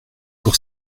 pour